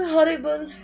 Horrible